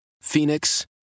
Phoenix